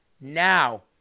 now